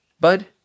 Bud